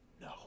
No